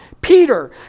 Peter